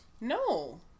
no